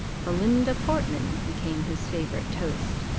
belinda portman became his favourite toast,